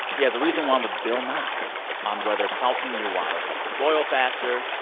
he has a recent one with bill nye on whether salting your water helps it boil faster.